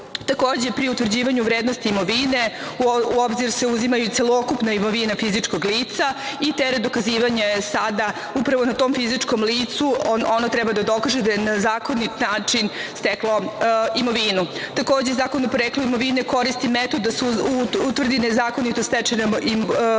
Srbiji. Takođe, pri utvrđivanju vrednosti imovine, u obzir se uzima celokupna imovina fizičkog lica i teret dokazivanja je sada upravo na tom fizičkom licu. Ono treba da dokaže da je na zakonit način steklo imovinu. Takođe Zakon o poreklu imovine koristi metod da se utvrdi nezakonito stečena imovina